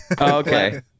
okay